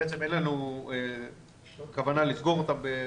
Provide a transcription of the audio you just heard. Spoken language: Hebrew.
בעצם אין לנו כוונה לסגור אותם.